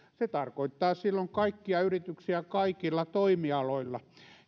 se tarkoittaa silloin kaikkia yrityksiä kaikilla toimialoilla